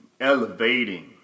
Elevating